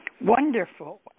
Wonderful